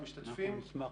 אם זה יקרה נכתוב מסמך.